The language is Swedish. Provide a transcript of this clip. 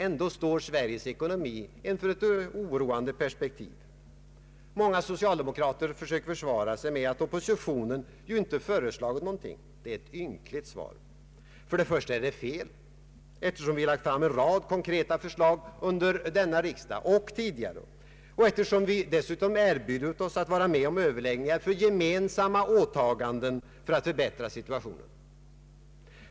ändock står Sveriges ekonomi inför ett oroande perspektiv. Många socialdemokrater försöker nu försvara sig med att oppositionen ju inte har föreslagit någonting. Det är ett ynkligt svar. För det första är det fel, eftersom vi lagt fram en rad konkreta förslag under denna riksdag och tidigare och eftersom vi dessutom erbjudit oss att vara med om överläggningar om gemensamma åtaganden för att förbättra situationen.